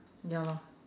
ya lor